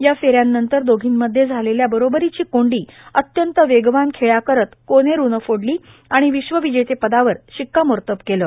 या फेऱ्यांनंतर दोघींमध्ये झालेली बरोबरीची कोंडी अत्यंत वेगवान खेळ्या करत कोनेरूनं फोडली आणि विश्वविजेतेपदावर शिक्कामोर्तब केलं